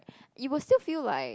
it will still feel like